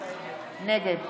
נגד